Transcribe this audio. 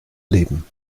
leben